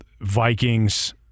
Vikings